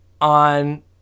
on